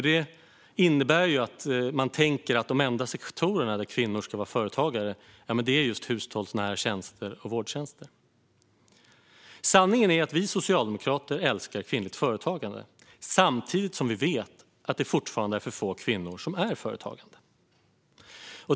Det innebär ju att man tänker att de enda sektorer där kvinnor ska vara företagare är inom hushållsnära tjänster och vårdtjänster. Sanningen är att vi socialdemokrater älskar kvinnligt företagande. Men vi vet samtidigt att det fortfarande är för få kvinnor som är företagare.